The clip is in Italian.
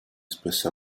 spesso